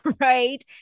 right